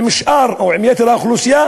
עם שאר או עם יתר האוכלוסייה.